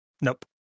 Nope